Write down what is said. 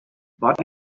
but